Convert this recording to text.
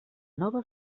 nova